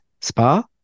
Spa